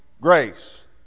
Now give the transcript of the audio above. grace